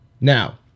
Now